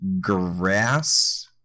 grass